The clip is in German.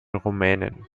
rumänen